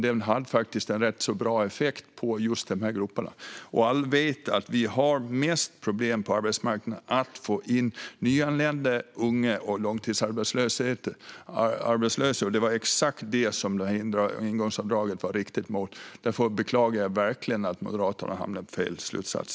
Det hade faktiskt en rätt så bra effekt på just dessa grupper. Alla vet att vi har mest problem på arbetsmarknaden med att få in nyanlända, unga och långtidsarbetslösa. Det var exakt detta som ingångsavdraget var inriktat på. Därför beklagar jag verkligen att Moderaterna hamnade på fel slutsats.